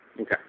Okay